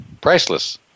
priceless